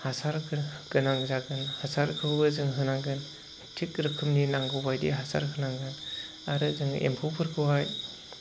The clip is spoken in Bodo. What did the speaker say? हासारफोर गोनां जागोन हासारखौबो जों होनांगोन थिक रोखोमनि नांगौबायदि हासार होनांगोन आरो जों एम्फौफोरखौहाय